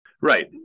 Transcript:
Right